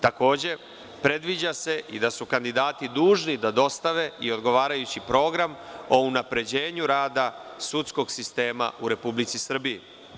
Predviđa da su kandidati dužni da dostave odgovarajući program o unapređenju rada sudskog sistema u Republici Srbiji.